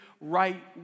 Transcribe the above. right